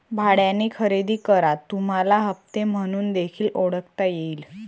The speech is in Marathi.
भाड्याने खरेदी करा तुम्हाला हप्ते म्हणून देखील ओळखता येईल